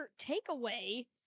takeaway